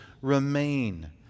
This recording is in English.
remain